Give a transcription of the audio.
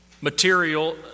material